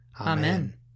Amen